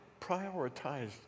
prioritized